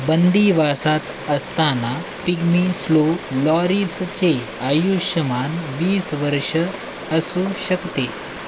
बंदीवासात असताना pygmy slow लॉरीसचे आयुष्यमान वीस वर्ष असू शकते